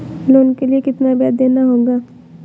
Loan के लिए कितना ब्याज देना होगा?